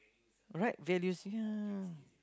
right values ya